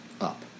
up